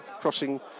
crossing